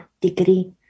degree